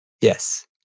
Yes